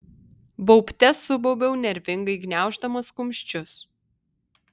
baubte subaubiau nervingai gniauždamas kumščius